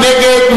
מי נגד?